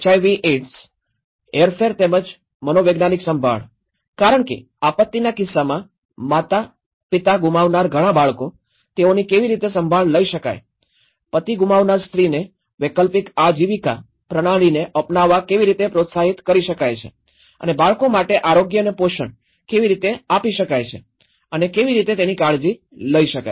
વી aids હેરફેર તેમજ મનોવૈજ્ઞાનિક સંભાળ કારણ કે આપત્તિના કિસ્સામાં માતા પિતા ગુમાવનારા ઘણા બાળકો તેઓની કેવી રીતે સંભાળ લઇ શકાય પતિ ગુમાવનાર સ્ત્રીને વૈકલ્પિક આજીવિકા પ્રણાલીને અપનાવા કેવી રીતે પ્રોત્સાહિત કરી શકાય છે અને બાળકો માટે આરોગ્ય અને પોષણ કેવી રીતે આપી શકાય છે અને કેવી રીતે તેની કાળજી લઈ શકાય છે